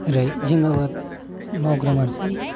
ओरै जों आबाद मावग्रा मानसि